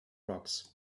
rocks